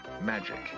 magic